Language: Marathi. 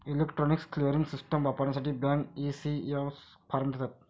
इलेक्ट्रॉनिक क्लिअरिंग सिस्टम वापरण्यासाठी बँक, ई.सी.एस फॉर्म देतात